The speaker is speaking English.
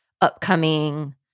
upcoming